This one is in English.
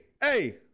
hey